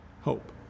hope